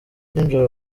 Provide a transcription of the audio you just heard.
ninjoro